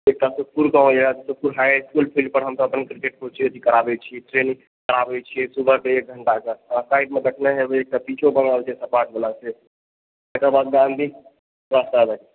एकटा सुतपुर गाँव यऽ सुतपुर हाइ इसकूल फील्ड पर हमसभ अपन क्रिकेटकेँ कोचिंग आदि कराबैत छियै ट्रेनिंग कराबैत छियै सुबहके एक घंटाकऽ अहाँ साइडमे देखने हेबय एकटा पीचो बनल छै सपाटबला छै तकर बाद बाउंड्री